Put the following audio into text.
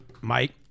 Mike